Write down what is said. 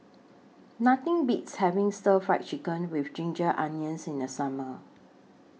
Nothing Beats having Stir Fried Chicken with Ginger Onions in The Summer